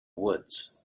woods